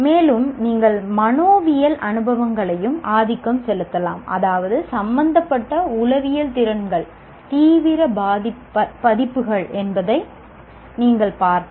மேலும் நீங்கள் மனோவியல் அனுபவங்களையும் ஆதிக்கம் செலுத்தலாம் அதாவது சம்பந்தப்பட்ட உளவியல் திறன்கள் தீவிர பதிப்புகள் என்பதை நீங்கள் பார்த்தால்